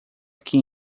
aqui